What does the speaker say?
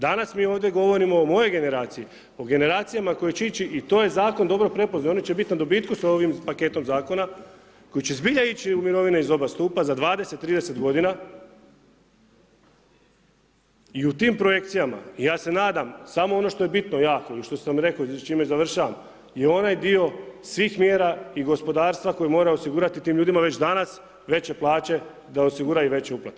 Danas mi ovdje govorimo o mojoj generaciji, o generacijama koje će ići i to je zakon dobro prepoznao oni će biti na dobitku sa ovim paketom zakona koji će zbilja ići u mirovine iz oba stupa za 20., 30. godina i u tim projekcijama ja se nadam samo ono što je bitno jako i što sam rekao i čime završavam je onaj dio svih mjera i gospodarstva koji mora osigurati tim ljudima već danas veće plaće da osiguraju veće uplate.